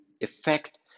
effect